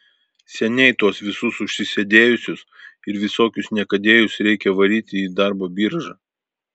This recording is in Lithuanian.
seniai tuos visus užsisėdėjusius ir visokius niekadėjus reikia varyti į darbo biržą